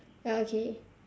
ya okay